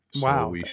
Wow